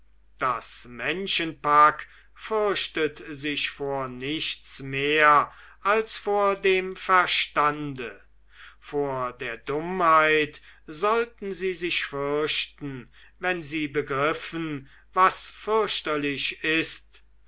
das menschenpack fürchtet sich vor nichts mehr als vor dem verstande vor der dummheit sollten sie sich fürchten wenn sie begriffen was fürchterlich ist